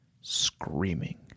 screaming